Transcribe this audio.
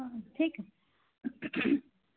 অঁ ঠিক আ